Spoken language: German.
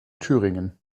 thüringen